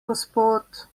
gospod